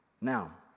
Now